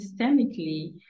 systemically